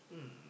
hmm